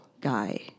guy